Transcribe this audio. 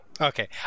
Okay